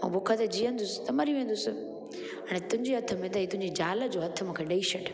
ऐं भूख ते जीअंदसि त मरी वेंदसि हाणे तुंहिंजे हथ में अथई तुंहिंजी ज़ाल जो हथु मूंखे ॾेई छॾ